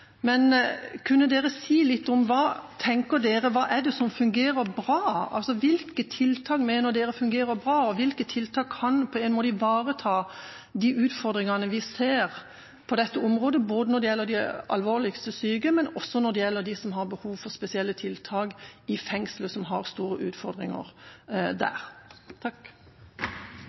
Men kunne dere si litt om hva dere tenker? Hva og hvilke tiltak mener dere fungerer bra, og hvilke tiltak kan ivareta de utfordringene vi ser på dette området, både når det gjelder de alvorligste syke, og når det gjelder dem som har behov for spesielle tiltak i fengslet, som har store utfordringer